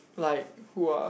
like who ah